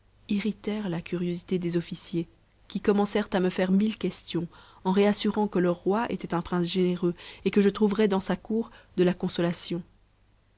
irritèrent la curiosité des officiers qui commencèrent à me faire mille questions en m'assurant que leur roi était un prince généreux et que je trouverais dans sa cour de la consolation